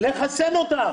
לחסן אותם.